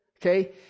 Okay